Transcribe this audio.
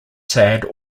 sad